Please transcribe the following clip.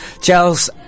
Charles